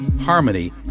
harmony